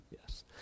Yes